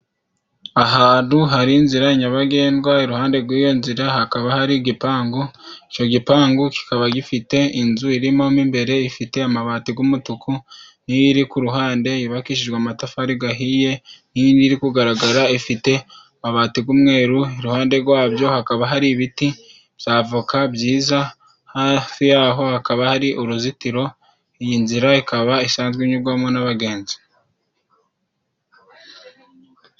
Ahantu hari inzira nyabagendwa. Iruhande rw'iyo nzira hakaba hari igipangu, ico gipangu cikaba gifite inzu irimo mo imbere, ifite amabati g'umutuku, n'iyiri ku ruhande yubakishijwe amatafari gahiye, n'iyiri kugaragara ifite amabati g'umweru. Iruhande rwabyo hakaba hari ibiti bya avoka byiza, hafi yaho hakaba hari uruzitiro. Iyi nzira ikaba isanzwe inyurwamo n'abagenzi.